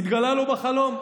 התגלה לו בחלום.